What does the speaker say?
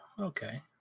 Okay